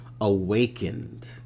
awakened